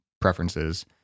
preferences